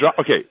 Okay